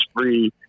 free